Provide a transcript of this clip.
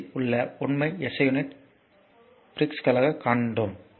2 இல் உள்ள உண்மை எஸ்ஐ ப்ரீபிக்ஸ்களைக் காண்போம்